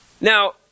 Now